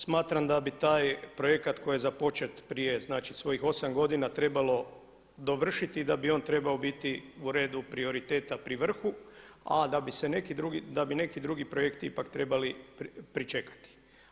Smatram da bi taj projekata koji je započet prije znači svojih 8 godina trebalo dovršiti i da bi on trebao biti u redu prioriteta pri vrhu a da bi neki drugi projekti ipak trebali pričekati.